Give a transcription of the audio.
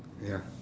ya